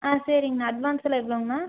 ஆ சரிங்கண்ணா அட்வான்ஸ்லாம் எவ்வளோங்கண்ணா